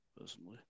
personally